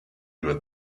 with